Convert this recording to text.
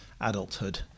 adulthood